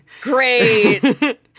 great